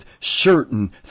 certain